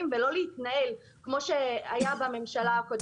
ולא להתנהל כמו שהיה בממשלה הקודמת.